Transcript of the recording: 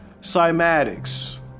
cymatics